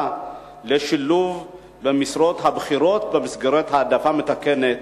לשילוב במשרות הבכירות במסגרת העדפה מתקנת,